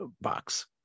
box